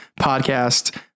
podcast